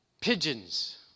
pigeons